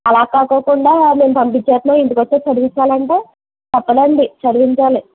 అలాగ కాకుండా మేం పంపించేస్తున్నాం ఇంటికి వచ్చాక చదివించాలి అంటే తప్పదు అండి చదివించాలి